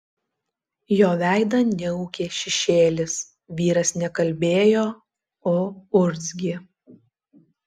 jo veidą niaukė šešėlis vyras ne kalbėjo o urzgė